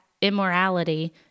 immorality